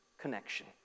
connection